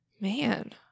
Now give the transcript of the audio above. Man